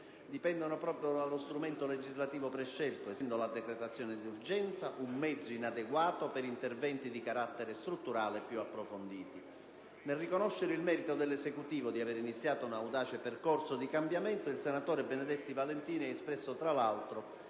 dipende proprio dallo strumento legislativo prescelto, essendo la decretazione d'urgenza un mezzo inadeguato per interventi di carattere strutturale più approfonditi. Nel riconoscere il merito dell'Esecutivo di aver iniziato un audace percorso di cambiamento, il senatore Benedetti Valentini ha espresso, tra l'altro,